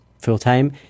full-time